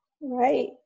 Right